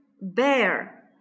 bear